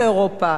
דרום-קוריאה,